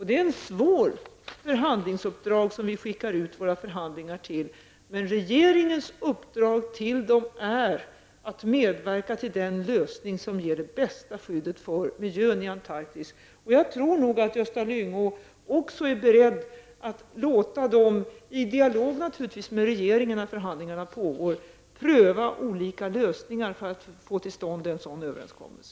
Det är ett svårt förhandlingsuppdrag som vi skickar ut våra förhandlare till, men regeringens uppdrag till dem är att medverka till den lösning som ger det bästa skyddet för miljön i Antarktis. Jag tror nog att Gösta Lyngå också är beredd att låta dem -- naturligtvis i dialog med regeringen när förhandlingarna pågår -- pröva olika lösningar för att få till stånd en sådan överenskommelse.